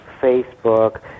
Facebook